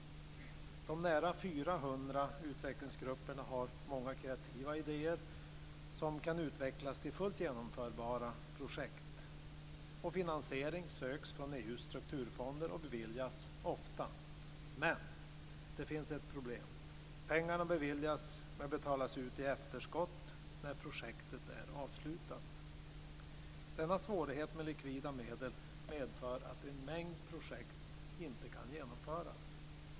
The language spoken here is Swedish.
De nära 400 utvecklingsgrupperna har många kreativa idéer som kan utvecklas till fullt genomförbara projekt. Finansiering söks från EU:s strukturfonder och beviljas ofta, men det finns ett problem. Pengarna beviljas men betalas ut i efterskott, när projektet är avslutat. Denna svårighet med likvida medel medför att en mängd projekt inte kan genomföras.